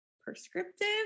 prescriptive